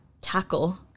tackle